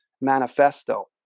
manifesto